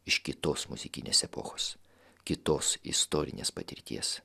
iš kitos muzikinės epochos kitos istorinės patirties